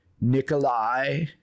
Nikolai